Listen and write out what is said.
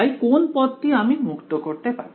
তাই কোন পদটি আমি মুক্ত করতে পারি